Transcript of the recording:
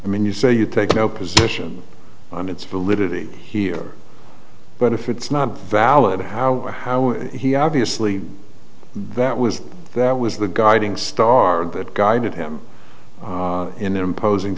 i mean you say you take no position on its validity here but if it's not valid how how he obviously that was that was the guiding star that guided him in imposing